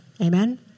Amen